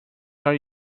are